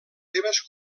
seves